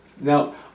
Now